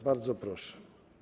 Bardzo proszę.